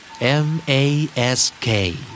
M-A-S-K